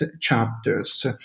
chapters